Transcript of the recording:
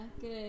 good